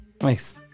Nice